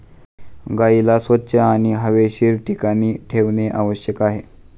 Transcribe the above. गाईला स्वच्छ आणि हवेशीर ठिकाणी ठेवणे आवश्यक आहे